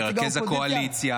הוא מרכז הקואליציה.